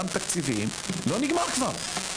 גם מבחינה תקציבית לא נגמר כבר.